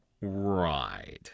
Right